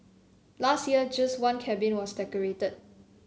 last year just one cabin was decorated